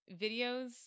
videos